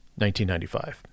1995